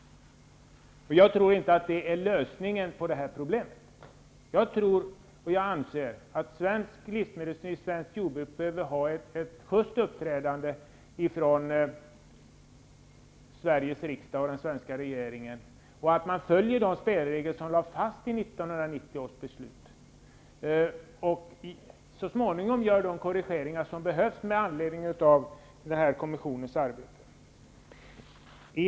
Jag tror inte att det är lösningen på problemet. Jag anser att svensk livsmedelsindustri och svenskt jordbruk behöver ett sjyst uppträdande från Sveriges riksdag och den svenska regeringen och att vi måste följa de spelregler som lades fast i 1990 års beslut. Så småningom får vi göra de korrigeringar som behövs med anledning av vad den arbetande kommissionen föreslår.